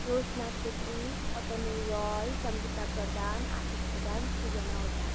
Rosna Chhetri Atanul Roy Sangita Pradhan Ashish Pradhan Srijana Ojha